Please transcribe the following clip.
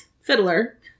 Fiddler